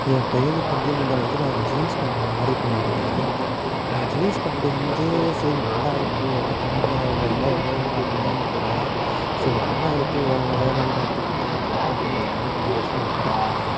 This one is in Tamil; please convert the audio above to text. என் பையனுக்கு வந்து முந்தா நேற்று நான் ஒரு ஜீன்ஸ் பேண்ட் ஒன்று ஆர்டரு பண்ணியிருந்தேன் அந்த ஜீன்ஸ் பேண்ட் வந்து சரி நல்லா இருக்குது வெலை கம்மியாக வெலை வேற ரொம்ப அதிகமாக இருந்தது வேறே சரி நல்லா இருக்கே ஏன் விலையெல்லாம் பார்த்துக்கிட்டு அப்படின்ட்டு வந்து என் பையனுக்கு வந்து ட்ரெஸை நான் ஆர்டரு பண்ணேன்